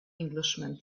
englishman